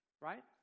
right